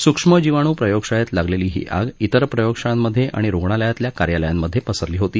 सूक्ष्म जीवाणू प्रयोगशाळेत लागलेली ही आग तिर प्रयोगशाळांमधे आणि रुग्णालयातल्या कार्यालयांमधे पसरली होती